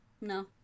No